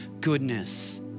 goodness